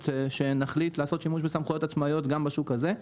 שנחליט לעשות שימוש בסמכויות עצמאיות גם בשוק הזה.